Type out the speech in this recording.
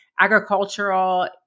agricultural